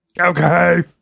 okay